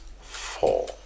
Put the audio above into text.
four